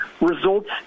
results